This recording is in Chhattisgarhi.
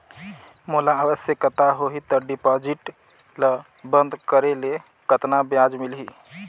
मोला आवश्यकता होही त डिपॉजिट ल बंद करे ले कतना ब्याज मिलही?